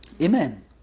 Amen